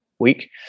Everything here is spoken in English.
week